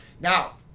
Now